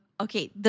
Okay